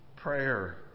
Prayer